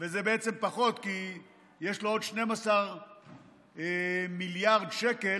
וזה בעצם פחות, כי יש לו עוד 12 מיליארד שקל,